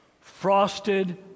Frosted